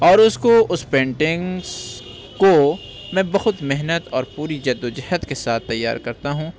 اور اُس کو اُس پینٹنگس کو میں بہت محنت اور پوری جد و جہد کے ساتھ تیار کرتا ہوں